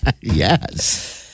Yes